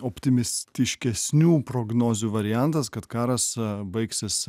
optimistiškesnių prognozių variantas kad karas baigsis